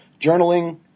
Journaling